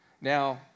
Now